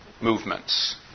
movements